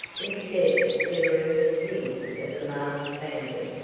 instead of severing the skin of the masked bandit.